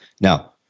Now